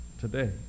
today